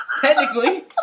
Technically